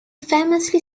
famously